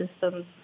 systems